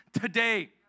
today